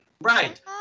Right